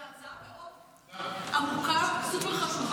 זו הצעה מאוד עמוקה וסופר-חשובה,